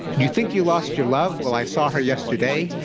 you think you lost your love. well, i saw her yesterday.